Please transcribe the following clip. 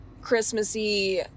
Christmassy